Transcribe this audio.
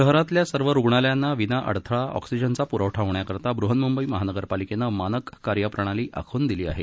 शहरातल्या सर्व रुग्णालयांना विनाअडथळा ऑक्सिजनचा प्रवठा होण्याकरता बहन्म्बई महानगरपालिकेने मानक कार्यप्रणाली आखून दिली आहे